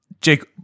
Jake